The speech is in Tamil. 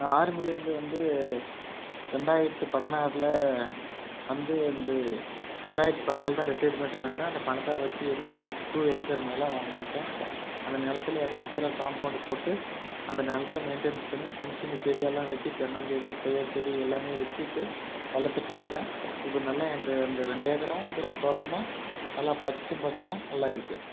நான் ஆர்மிலருந்து வந்து ரெண்டாயிரத்தி பதினாறில் வந்து அன்று ரெண்டாயிரத்தி பதினாலு தான் ரிட்டைர்மெண்ட்டு அந்த பணத்தை வச்சு எதோ ஒரு டூ ஏக்கர் நிலம் வாங்கியிருக்கேன் அந்த நிலத்துல எல்லாம் பூரா காம்பௌண்டு போட்டு அந்த நிலத்த மெய்ன்டைன்ஸ் பண்ணி சின்ன சின்ன செடி எல்லாம் வச்சு தென்னஞ்செடி கொய்யா செடி எல்லாமே வச்சு இப்போ வளர்த்துட்டு இருக்கேன் இப்போ நல்லா என்து அந்த ரெண்டு ஏக்கரும் பூரா தோட்டமாக நல்லா பச்சை பசுமை நல்லா இருக்குது